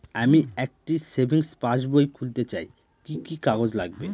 আমি একটি সেভিংস পাসবই খুলতে চাই কি কি কাগজ লাগবে?